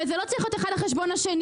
וזה לא צריך להיות אחד על חשבון השני.